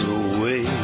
away